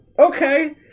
Okay